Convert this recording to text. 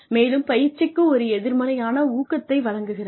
மேலும் பயிற்சிக்கு ஒரு எதிர்மறையான ஊக்கத்தை வழங்குகிறது